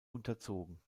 unterzogen